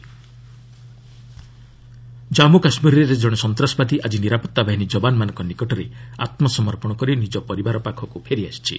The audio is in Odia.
ଜେକେ ସରେଣ୍ଡର ଜାମ୍ଗୁ କାଶ୍ମୀରରେ ଜଣେ ସନ୍ତାସବାଦୀ ଆଜି ନିରାପତ୍ତା ବାହିନୀ ଯବାନମାନଙ୍କ ନିକଟରେ ଆତ୍ମସମର୍ପଣ କରି ନିଜ ପରିବାର ପାଖକୁ ଫେରିଆସିଛି